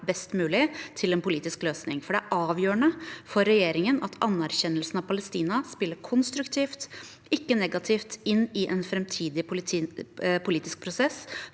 best mulig til en politisk løsning. Det er avgjørende for regjeringen at anerkjennelsen av Palestina spiller konstruktivt, ikke negativt, inn i en framtidig politisk prosess